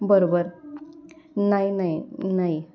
बरोबर नाही नाही नाही